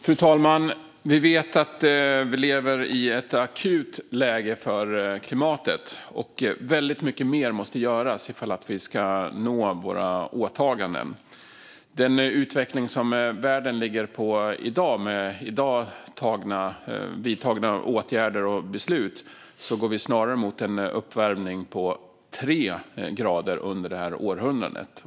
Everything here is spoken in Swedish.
Fru talman! Vi vet att vi lever i ett akut läge för klimatet. Väldigt mycket mer måste göras om vi ska nå våra åtaganden. Utvecklingen i världen i dag, med i dag vidtagna åtgärder och beslut, går snarare mot en uppvärmning på tre grader under det här århundradet.